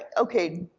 okay,